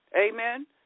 Amen